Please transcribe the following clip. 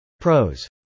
Pros